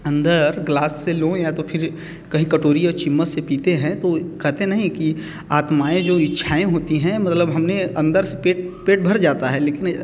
अंदर ग्लास से लों या फिर कहीं कटोरी और चम्मच से पीते हैं तो कहते नहीं आत्माएँ जो इच्छाएँ होती हैं मतलब हम ने अंदर से पेट भर जाता है लेकिन